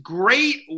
great